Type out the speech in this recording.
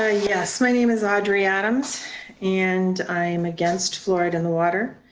ah yes, my name is audrey adams and i'm against fluoride in the water.